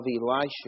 Elisha